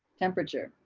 temperature.